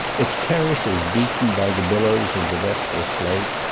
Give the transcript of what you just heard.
its terrace is beaten by the billows of the restless lake,